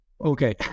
Okay